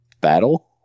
battle